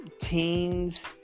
teens